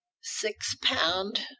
six-pound